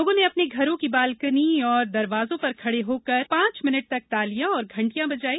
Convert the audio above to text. लोगों ने अपने घरों की बालकनी और दरवाजों पर खड़े होकर पांच मिनट तक तालियां और घंटिया बजाई